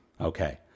Okay